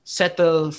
settle